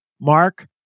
Mark